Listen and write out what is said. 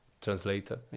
translator